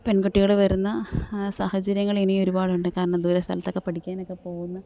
പെൺകുട്ടികൾ വരുന്ന സാഹചര്യങ്ങൾ ഇനിയും ഒരുപാടുണ്ട് കാരണം ദൂരെ സ്ഥലത്തൊക്കെ പഠിക്കാനൊക്കെ പോകുന്ന